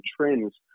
trends